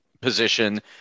position